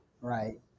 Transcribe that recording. Right